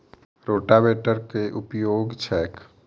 रोटावेटरक केँ उपयोग छैक?